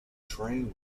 train